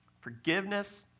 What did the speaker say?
Forgiveness